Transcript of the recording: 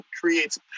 creates